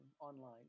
online